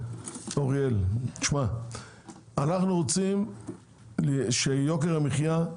אוריאל: אנחנו רוצים שיוקר המחיה יירד.